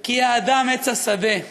כי האדם עץ השדה".